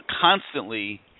constantly